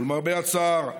למרבה הצער,